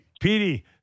Petey